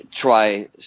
try